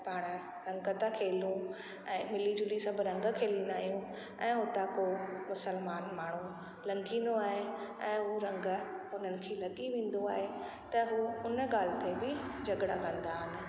पाणि रंग था खेलू ऐं मिली झुली सभु रंग खेलींदा आहियूं ऐं हुता को बि मुसलमान माण्हू लंगींदो आहे ऐं उहा रंग उन्हनि खे लॻी वेंदो आहे त हू हुन ॻाल्हि में बि झॻिड़ा कंदा आहिनि